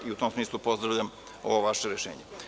U tom smislu, pozdravljam ovo vaše rešenje.